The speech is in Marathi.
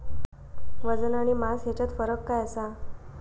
वजन आणि मास हेच्यात फरक काय आसा?